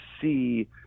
see